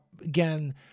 again